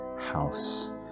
house